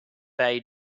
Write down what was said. bay